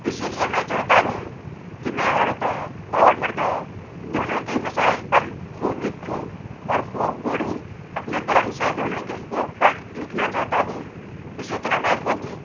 اسی لیے میں چاہتا ہوں کہ میں عورتوں اور مردوں دونوں کے مسائل پر خوب لکھوں اور خوب بولوں اپنے قلم سے دونوں کے حقوق پر لکھنا چاہتا ہوں اسی طرح میں خود